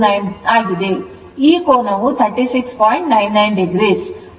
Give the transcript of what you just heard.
9 o ಹಾಗೂ ಮಂದಗತಿಯಲ್ಲಿದೆ